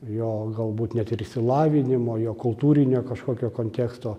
jo galbūt net ir išsilavinimo jo kultūrinio kažkokio konteksto